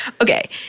Okay